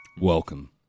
welcome